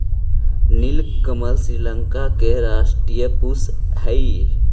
नीलकमल श्रीलंका के राष्ट्रीय पुष्प हइ